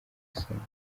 isonga